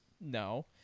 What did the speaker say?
No